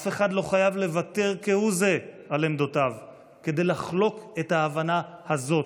אף אחד לא חייב לוותר כהוא זה על עמדותיו כדי לחלוק את ההבנה הזאת.